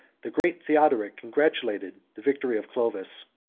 the great theodoric congratulated the victory of clovis,